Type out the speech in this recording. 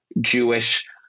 Jewish